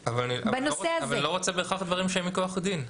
בנושא הזה --- אבל אני לא רוצה בהכרח דברים שהם מכוח דין.